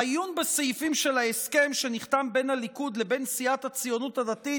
עיון בסעיפים של ההסכם שנחתם בין הליכוד לבין סיעת הציונות הדתית,